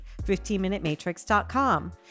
15minutematrix.com